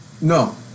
No